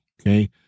okay